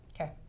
Okay